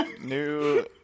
new